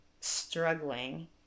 struggling